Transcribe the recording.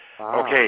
Okay